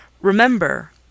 Remember